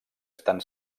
estan